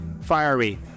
fiery